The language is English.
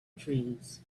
trees